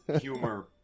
humor